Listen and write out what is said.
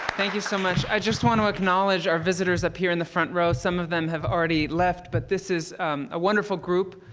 thank you so much. i just want to acknowledge our visitors up here in the front row. some of them have already left, but this is a wonderful group,